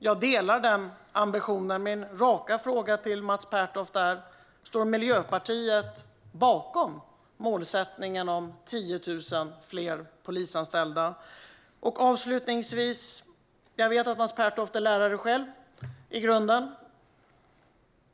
Jag delar den ambitionen. Min raka fråga till Mats Pertoft är: Står Miljöpartiet bakom målsättningen om 10 000 fler polisanställda? Avslutningsvis: Jag vet att Mats Pertoft i grunden själv är lärare.